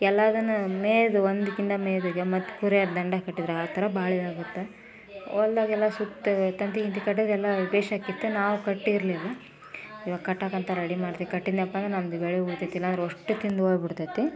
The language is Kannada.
ಎಲ್ಲದನ್ನು ಮೇಯ್ದು ಒಂದ್ಕಿತ ಮೇದುಗೆ ಮತ್ತು ಕುರಿಯೋರು ದಂಡ ಕಟ್ಟಿದ್ರ ಆ ಥರ ಬಾಳೆ ಆಗುತ್ತೆ ಹೊಲದಾಗೆಲ್ಲ ಸುತ್ತ ತಂತಿ ಗಿಂತಿ ಕಟ್ಟಿದ್ರೆ ಎಲ್ಲ ಪೇಶ ಕಿತ್ತು ನಾವು ಕಟ್ಟೀರಲಿಲ್ಲ ಇವಾಗ ಕಟ್ಟೋಕಂತ ರೆಡಿ ಮಾಡಿ ಕಟ್ಟಿದೆನಪ್ಪಾ ಅಂದ್ರೆ ನಮ್ದು ಬೆಳೆ ಉಳಿತೈತಿ ಇಲ್ಲಾರ ಅಷ್ಟು ತಿಂದೋಗ್ಬಿಡ್ತೈತಿ